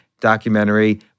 documentary